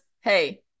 hey